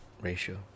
ratio